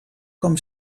com